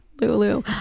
Lulu